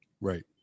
Right